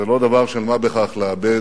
זה לא דבר של מה בכך לאבד